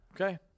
Okay